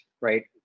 right